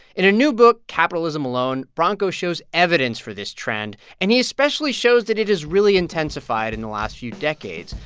in a new book, capitalism, alone, branko shows evidence for this trend. and he especially shows that it has really intensified in the last few decades.